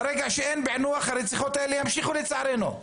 ברגע שאין פענוח הרציחות האלה ימשיכו לצערנו.